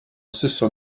stesso